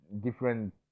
different